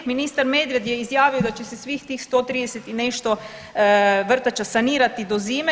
Ministar Medved je izjavio da će se svih tih 130 i nešto vrtača sanirati do zime.